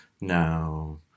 No